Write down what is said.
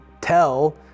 tell